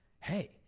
hey